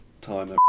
time